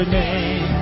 name